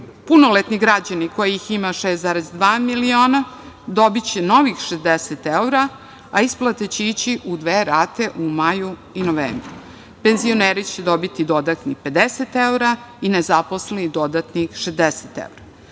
Punoletni građani, kojih ima 6,2 miliona, dobiće novih 60 evra, a isplata će ići u dve rate u maju i novembru. Penzioneri će dobiti dodatnih 50 evra i nezaposleni dodatnih 60